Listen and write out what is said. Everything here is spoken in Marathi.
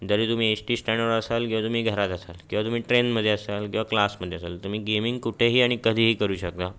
जरी तुम्ही एश टी स्टॅण्डवर असाल किंवा तुम्ही घरात असाल किंवा तुम्ही ट्रेनमध्ये असाल किंवा क्लासमध्ये असाल तुम्ही गेमिंग कुठेही आणि कधीही करू शकता